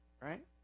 right